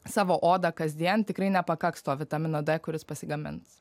savo odą kasdien tikrai nepakaks to vitamino d kuris pasigamins